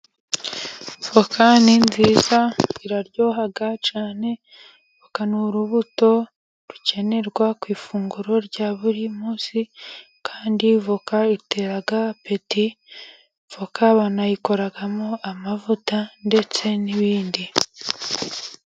Voka ni nziza iraryoha cyane. Voka ni urubuto rukenerwa ku ifunguro rya buri munsi, kandi voka itera peti, voka banayikoramo amavuta ndetse n'ibindi.